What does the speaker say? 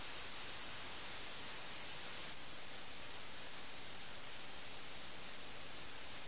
chess കളി ഒരു ഹോബിയായിട്ടല്ല ഈ പ്രഭുക്കന്മാർ കളിക്കുന്നത്